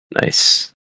Nice